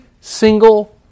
single